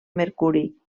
mercuri